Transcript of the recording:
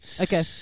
Okay